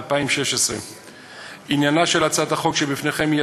התשע"ו 2016. עניינה של הצעת החוק שבפניכם היא